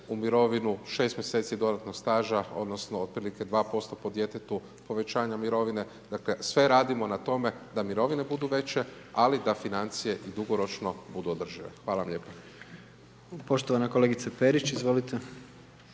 u mirovinu, 6 mj. dodatnog staža, odnosno, otprilike 2% po djetetu, povećanja mirovne, dakle, sve radimo na tome da mirovine budu veće, ali da financije dugoročno budu održive. Hvala lijepo. **Jandroković, Gordan